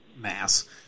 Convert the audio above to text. mass